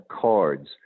cards